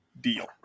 deal